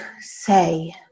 say